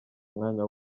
umwanya